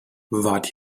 wart